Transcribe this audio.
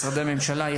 משרדי ממשלה,